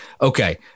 Okay